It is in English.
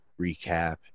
Recap